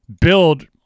build